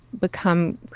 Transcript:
become